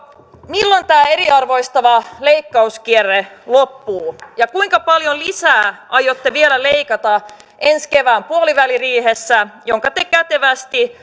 milloin tämä eriarvoistava leikkauskierre loppuu ja kuinka paljon lisää aiotte vielä leikata ensi kevään puoliväliriihessä jonka te kätevästi